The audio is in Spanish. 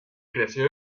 creció